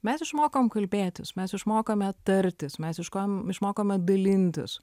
mes išmokam kalbėtis mes išmokame tartis mes ieškojom išmokome dalintis